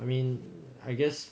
I mean I guess